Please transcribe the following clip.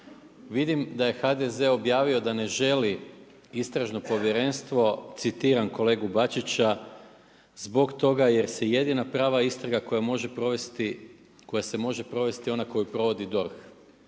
Vidim da je HDZ objavio da ne želi istražno povjerenstvo, citiram kolegu Bačića „Zbog toga jer se jedina prava istraga koja se može provesti je ona koju provodi DORH.“